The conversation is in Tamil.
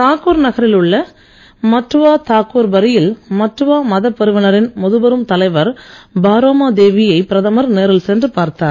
தாக்கூர் நகரில் உள்ள மட்டுவா தாக்கூர்பரி யில் மட்டுவா மதப் பிரிவினரின் முதுபெரும் தலைவர் பாரோமா தேவியை நேரில் சென்று பார்த்தார்